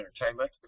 Entertainment